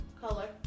color